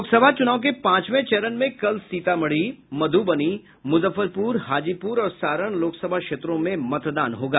लोकसभा चुनाव के पांचवे चरण में कल सीतामढ़ी मध्रबनी मुजफ्फरपुर हाजीपुर और सारण लोकसभा क्षेत्रों में मतदान होगा